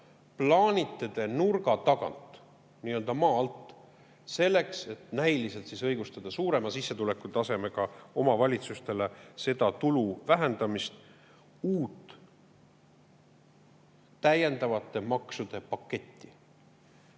plaanite te nurga tagant, nii-öelda maa alt, selleks et näiliselt õigustada suurema sissetulekutasemega omavalitsuste tulu vähendamist, uut täiendavate maksude paketti.